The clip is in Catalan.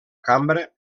cambra